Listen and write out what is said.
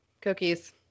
cookies